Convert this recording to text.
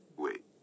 wait